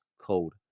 cold